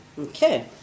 Okay